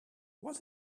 was